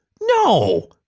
No